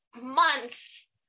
months